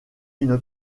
une